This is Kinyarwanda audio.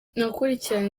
nakurikiranye